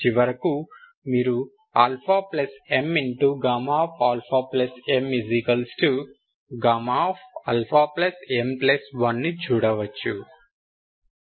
చివరకు మీరుαmαm Γαm1 ను చూడవచ్చు